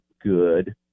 good